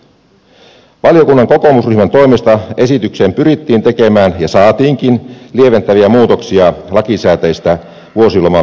valiokunnan kokoomusryhmän toimesta esitykseen pyrittiin tekemään ja saatiinkin lieventäviä muutoksia lakisääteistä vuosilomaa pidempiin vuosilomiin